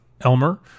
Elmer